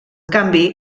canvi